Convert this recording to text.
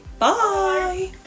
Bye